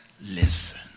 listen